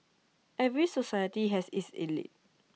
every society has its elite